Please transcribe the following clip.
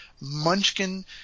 munchkin